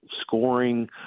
scoring